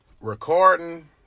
recording